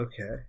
Okay